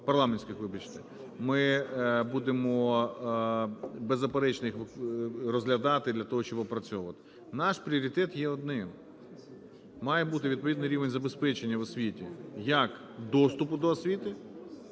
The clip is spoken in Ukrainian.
ми будемо, беззаперечно, їх розглядати для того, щоб опрацьовувати. Наш пріоритет є одним - має бути відповідний рівень забезпечення в освіті як доступу до освіти,